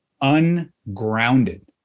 ungrounded